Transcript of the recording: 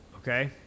Okay